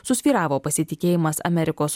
susvyravo pasitikėjimas amerikos